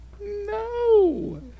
No